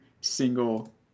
single